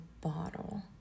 bottle